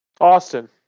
Austin